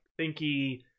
thinky